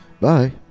Bye